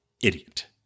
idiot